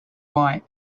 why